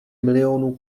milionů